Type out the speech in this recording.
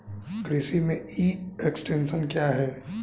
कृषि में e extension क्या है?